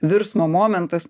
virsmo momentas